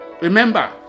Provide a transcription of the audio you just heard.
Remember